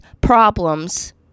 problems